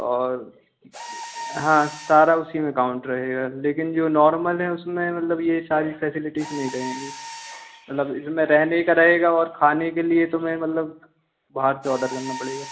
और हाँ सारा उसी में काउंट रहेगा लेकिन जो नॉर्मल है उसमें मतलब ये सारी फैसिलिटीज़ नहीं रहेंगी मतलब इसमें रहने का रहेगा और खाने के लिए तुम्हें मतलब बाहर से ऑडर करना पड़ेगा